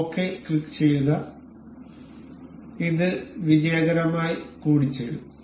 okay ക്ലിക്കുചെയ്യുക ഇത് വിജയകരമായി കൂടിച്ചേരും